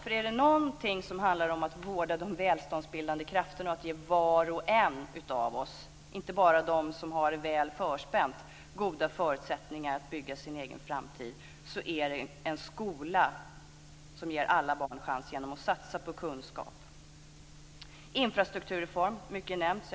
Är det någonting som handlar om att vårda de välståndsbildande krafterna och om att ge var och en av oss, inte bara dem som har det väl förspänt, goda förutsättningar att bygga sin egen framtid så är det en skola som ger alla barn chansen genom att satsa på kunskap. Mycket har nämnts om en infrastrukturreform.